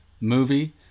movie